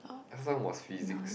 last time was Physics